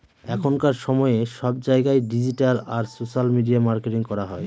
এখনকার সময়ে সব জায়গায় ডিজিটাল আর সোশ্যাল মিডিয়া মার্কেটিং করা হয়